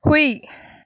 ꯍꯨꯏ